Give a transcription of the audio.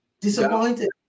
disappointed